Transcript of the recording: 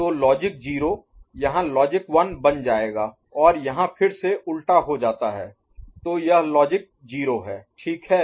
तो लॉजिक 0 यहाँ लॉजिक 1 बन जाएगा और यहाँ फिर से उलटा हो जाता है तो यह लॉजिक 0 ठीक है